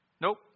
Nope